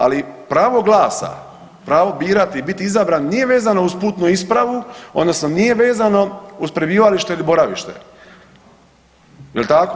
Ali pravo glasa, pravo birati i biti izabran nije vezano uz putnu ispravu odnosno nije vezano uz prebivalište, boravište jel tako.